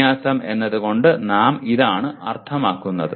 വിന്യാസം എന്നത് കൊണ്ട് നാം ഇതാണ് അർത്ഥമാക്കുന്നത്